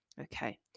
okay